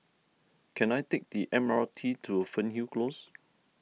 can I take the M R T to Fernhill Close